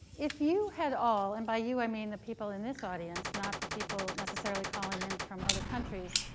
if you had all and by you, i mean the people in this audience, not the people necessarily calling in from other countries.